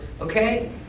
Okay